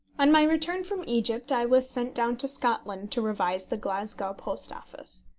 on my return from egypt i was sent down to scotland to revise the glasgow post office.